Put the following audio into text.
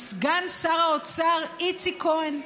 הוא סגן שר האוצר איציק כהן.